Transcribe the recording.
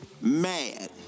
mad